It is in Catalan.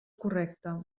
correcte